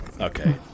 Okay